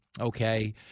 okay